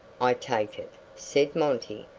i take it, said monty,